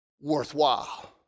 worthwhile